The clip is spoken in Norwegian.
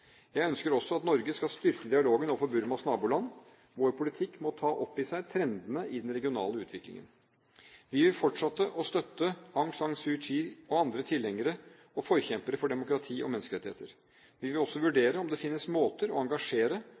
Jeg ønsker også at Norge skal styrke dialogen overfor Burmas naboland. Vår politikk må ta opp i seg trendene i den regionale utviklingen. Vi vil fortsette å støtte Aung San Suu Kyi og andre tilhengere og forkjempere for demokrati og menneskerettigheter. Vi vil også vurdere om det finnes måter å engasjere